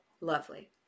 lovely